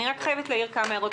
אני חייבת להעיר כמה הערות.